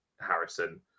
Harrison